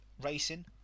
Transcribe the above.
racing